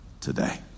Today